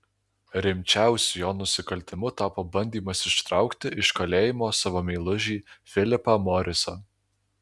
rimčiausiu jo nusikaltimu tapo bandymas ištraukti iš kalėjimo savo meilužį filipą morisą